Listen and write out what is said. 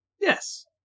Yes